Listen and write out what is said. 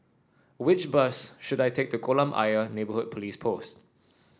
which bus should I take to Kolam Ayer Neighbourhood Police Post